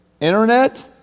Internet